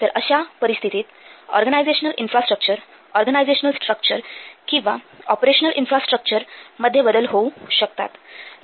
तर अशा परिस्थितीत ऑर्गनायझेशनल इन्फ्रास्ट्रक्चर ऑर्गनायझेशनल स्ट्रक्चर किंवा ऑपरेशनल इन्फ्रास्ट्रक्चर मध्ये बदल होऊ शकतात